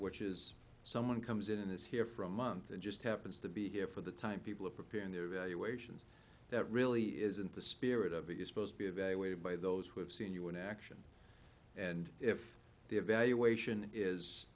which is someone comes in and is here for a month and just happens to be here for the time people are preparing their evaluations that really isn't the spirit of it is supposed to be evaluated by those who have seen you in action and if the evaluation is